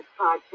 podcast